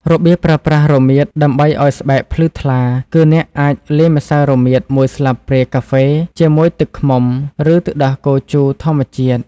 របៀបប្រើប្រាស់រមៀតដើម្បីឲ្យស្បែកភ្លឺថ្លាគឺ អ្នកអាចលាយម្សៅរមៀតមួយស្លាបព្រាកាហ្វេជាមួយទឹកឃ្មុំ ឬទឹកដោះគោជូរធម្មជាតិ។